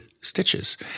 stitches